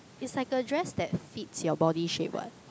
it's like a dress that fits your body shape what